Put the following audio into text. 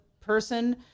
person